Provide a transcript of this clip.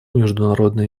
международные